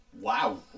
Wow